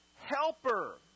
Helper